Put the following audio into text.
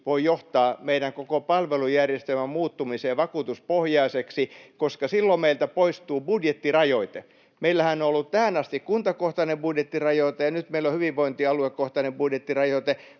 voi johtaa koko meidän palvelujärjestelmän muuttumiseen vakuutuspohjaiseksi, koska silloin meiltä poistuu budjettirajoite. Meillähän on ollut tähän asti kuntakohtainen budjettirajoite, ja nyt meillä on hyvinvointialuekohtainen budjettirajoite,